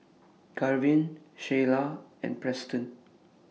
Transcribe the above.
Garvin Shyla and Preston